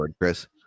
Chris